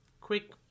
quick